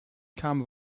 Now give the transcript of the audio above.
kam